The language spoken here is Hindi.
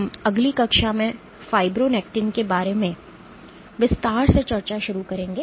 हम अगली कक्षा में फाइब्रोनेक्टिन के बारे में विस्तार से चर्चा शुरू करेंगे